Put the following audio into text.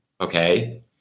Okay